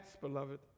beloved